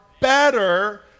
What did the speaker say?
better